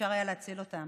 שאפשר היה להציל אותם.